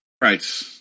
Right